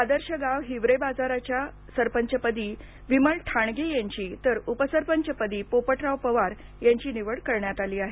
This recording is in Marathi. आदर्श गाव हिवरेबाजारच्या सरपंच पदी विमल ठाणगे यांची तर उपसरपंच पदी पोपटराव पवार यांची निवड करण्यात आली आहे